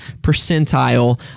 percentile